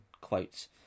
quotes